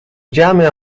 جمع